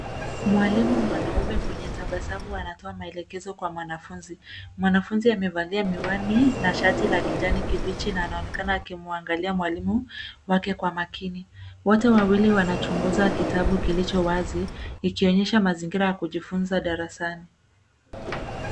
Mwalimu mwanaume mwenye tabasamu anatoa maelekezo kwa mwanafunzi, mwanafunzi amevalia miwani na shati la kijani kibichi na anaonekana akimwangalia mwalimu wake kwa makini. Wote wawili wanachunguza kitabu kilicho wazi, ikionyesha mazingira ya kujifunza darasani.